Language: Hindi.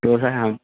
तो सर हम